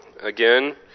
again